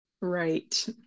Right